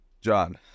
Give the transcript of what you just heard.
John